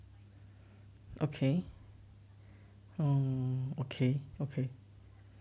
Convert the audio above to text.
okay okay okay